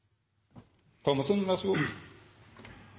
Nævra, ver så god.